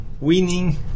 winning